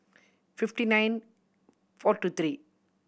fifty nine four two three